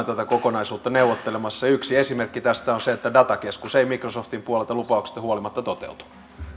tätä kokonaisuutta neuvottelemassa ja yksi esimerkki tästä on se että datakeskus ei microsoftin puolelta lupauksista huolimatta toteutunut